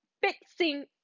fixing